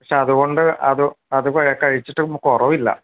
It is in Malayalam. പക്ഷേ അതുകൊണ്ട് അത് അത് കഴിച്ചിട്ടും കുറവില്ല